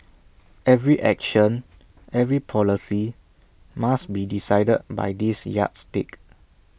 every action every policy must be decided by this yardstick